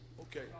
Okay